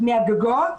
מהגגות,